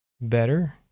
better